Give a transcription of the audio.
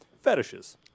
fetishes